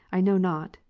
i know not,